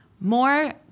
more